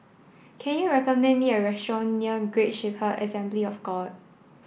can you recommend me a restaurant near Great Shepherd Assembly of God